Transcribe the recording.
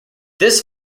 this